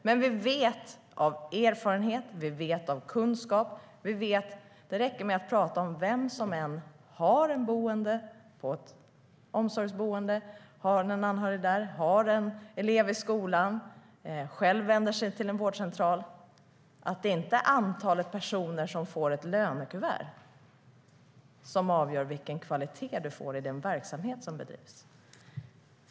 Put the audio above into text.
Men vi vet hur det är av erfarenhet och kunskap. Det räcker att tala med vem som än har ett boende på ett omsorgsboende eller en anhörig där, har en elev i skolan eller själv vänder sig till en vårdcentral. Det är inte antalet personer som får ett lönekuvert som avgör vilken kvalitet du får i den verksamhet som bedrivs.